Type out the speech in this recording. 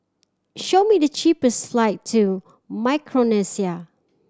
show me the cheapest flight to Micronesia